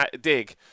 dig